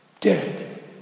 Dead